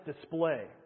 display